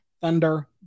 Thunder